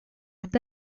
ont